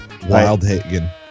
wildhagen